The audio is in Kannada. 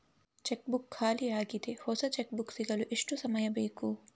ಚೆಕ್ ಬುಕ್ ಖಾಲಿ ಯಾಗಿದೆ, ಹೊಸ ಚೆಕ್ ಬುಕ್ ಸಿಗಲು ಎಷ್ಟು ಸಮಯ ಬೇಕು?